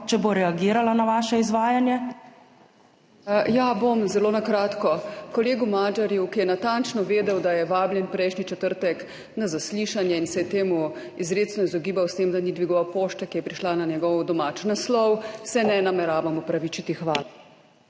PAŠEK (PS Svoboda):** Ja, bom zelo na kratko. Kolegu Magyarju, ki je natančno vedel, da je vabljen prejšnji četrtek na zaslišanje in se je temu izrecno izogibal s tem, da ni dvigoval pošte, ki je prišla na njegov domač naslov, se ne nameravam opravičiti. Hvala.